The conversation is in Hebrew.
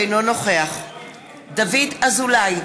אינו נוכח דוד אזולאי,